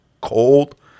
cold